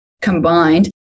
combined